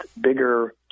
bigger